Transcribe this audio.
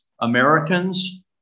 Americans